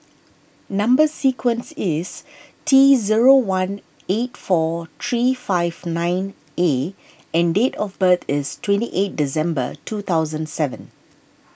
Number Sequence is T zero one eight four three five nine A and date of birth is twenty eight December two thousand seven